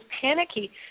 panicky